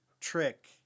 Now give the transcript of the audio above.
Trick